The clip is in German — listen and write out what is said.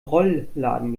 rollladen